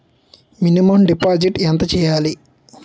Minimum deposit ఎంత చెయ్యాలి?